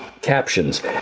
captions